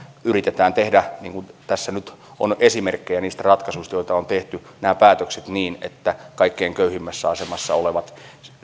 yritetään tehdä niin kuin tässä nyt on esimerkkejä niistä ratkaisuista joita on tehty nämä päätökset niin että kaikkein köyhimmässä asemassa olevat